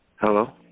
hello